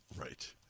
Right